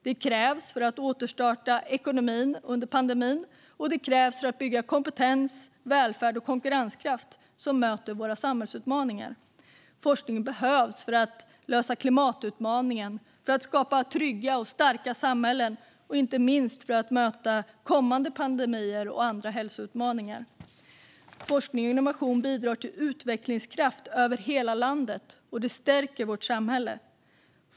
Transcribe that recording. Det krävs för att återstarta ekonomin under pandemin. Det krävs också för att bygga kompetens, välfärd och konkurrenskraft som möter våra samhällsutmaningar. Forskningen behövs för att lösa klimatutmaningen, för att skapa trygga och starka samhällen och inte minst för att möta kommande pandemier och andra hälsoutmaningar. Forskning och innovation bidrar till utvecklingskraft över hela landet. Det stärker vårt samhälle.